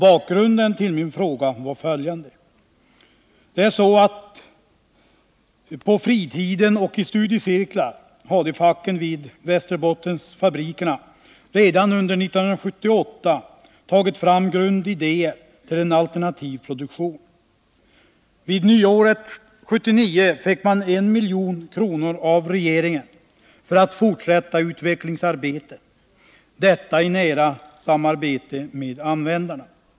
Bakgrunden till min fråga var följande. På fritiden och i studiecirklar hade facken vid Västerbottensfabrikerna redan 1978 tagit fram grundidéer för en alternativ produktion. Vid nyåret 1979 fick man 1 milj.kr. av regeringen för att fortsätta utvecklingsarbetet, detta i nära samarbete med användarna.